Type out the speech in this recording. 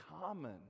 common